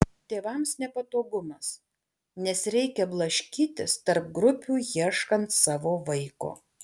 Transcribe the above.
tėvams nepatogumas nes reikia blaškytis tarp grupių ieškant savo vaiko